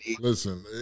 Listen